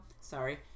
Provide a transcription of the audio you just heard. sorry